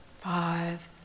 five